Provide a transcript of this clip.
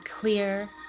clear